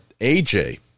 aj